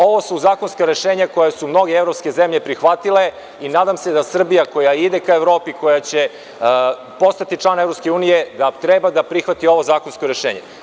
Ovo su zakonska rešenja koja su mnoge evropske zemlje prihvatile i nadam se da će Srbija koja ide ka Evropi, koja će postati član EU, prihvatiti ovo zakonsko rešenje.